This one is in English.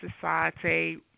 society